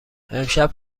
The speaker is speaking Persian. امشب